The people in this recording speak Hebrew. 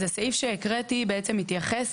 אז הסעיף שהקראתי בעצם מתייחס,